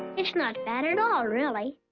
it's not bad at all, really.